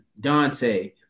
Dante